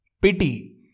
pity